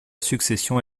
succession